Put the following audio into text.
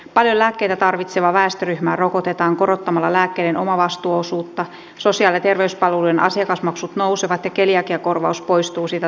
paljon lääkkeitä tarvitsevaa väestöryhmää rokotetaan korottamalla lääkkeiden omavastuuosuutta sosiaali ja terveyspalveluiden asiakasmaksut nousevat ja keliakiakorvaus poistuu sitä tarvitsevilta